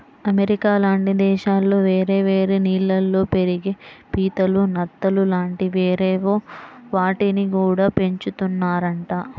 America లాంటి దేశాల్లో వేరే వేరే నీళ్ళల్లో పెరిగే పీతలు, నత్తలు లాంటి అవేవో వాటిని గూడా పెంచుతున్నారంట